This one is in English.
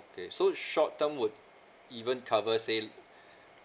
okay so short term would even cover say